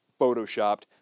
photoshopped